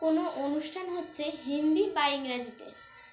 কোনো অনুষ্ঠান হচ্ছে হিন্দি বা ইংরাজিতে